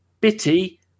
Bitty